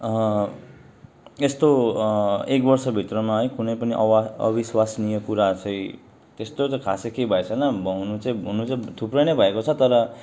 यस्तो एक वर्ष भित्रमा है कुनै पनि अवा अविश्वासनीय कुरा चाहिँ त्यस्तो त खासै केही भएको छैन हुन चाहिँ हुन चाहिँ थुप्रै नै भएको छ तर